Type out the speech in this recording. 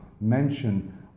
mention